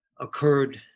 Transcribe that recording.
occurred